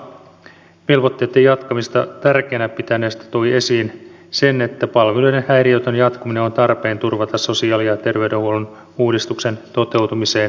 valtaosa velvoitteitten jatkamista tärkeänä pitäneistä toi esiin sen että palveluiden häiriötön jatkuminen on tarpeen turvata sosiaali ja terveydenhuollon uudistuksen toteutumiseen saakka